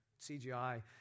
CGI